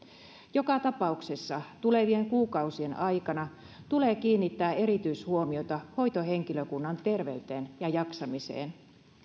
joka tapauksessa tulevien kuukausien aikana tulee kiinnittää erityishuomiota hoitohenkilökunnan terveyteen ja jaksamiseen